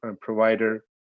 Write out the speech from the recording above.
provider